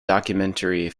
documentary